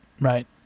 right